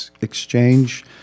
exchange